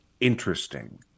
interesting